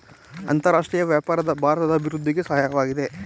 ಅಂತರರಾಷ್ಟ್ರೀಯ ವ್ಯಾಪಾರ ಭಾರತದ ಅಭಿವೃದ್ಧಿಗೆ ಸಹಾಯವಾಗಿದೆ